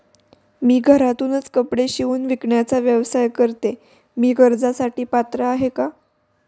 मी घरातूनच कपडे शिवून विकण्याचा व्यवसाय करते, मी कर्जासाठी पात्र आहे का?